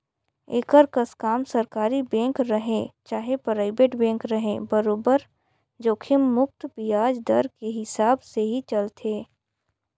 एकर कस काम सरकारी बेंक रहें चाहे परइबेट बेंक रहे बरोबर जोखिम मुक्त बियाज दर के हिसाब से ही चलथे